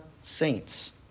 saints